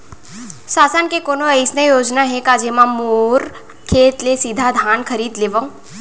शासन के कोनो अइसे योजना हे का, जेमा मोर खेत ले सीधा धान खरीद लेवय?